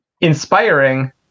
inspiring